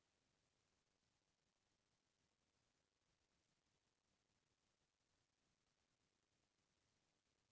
नुआ के माने होथे नवा अउ खाई के माने भोजन माने नवा फसल के भोजन खाना